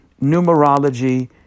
numerology